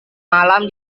malam